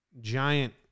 giant